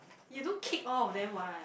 you don't kick all of them what